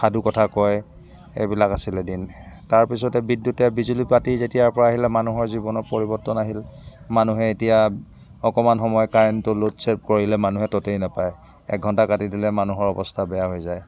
সাধুকথা কয় এইবিলাক আছিলে দিন তাৰপিছতে বিদ্যুতে বিজুলীবাতি যেতিয়াৰ পৰা আহিলে মানুহৰ জীৱনত পৰিবৰ্তন আহিল মানুহে এতিয়া অকণমান সময় কাৰেণ্টটো ল'ড শ্বে'ড কৰিলে মানুহে ততেই নাপায় এঘণ্টা কাটি দিলে মানুহৰ অৱস্থা বেয়া হৈ যায়